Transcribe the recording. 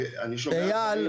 אני שומע דברים.